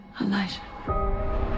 elijah